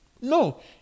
No